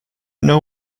know